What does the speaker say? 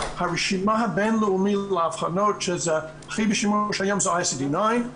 הרשימה הבינלאומית לאבחנות שהכי בשימוש היום היא ICD9,